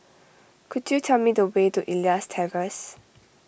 could you tell me the way to Elias Terrace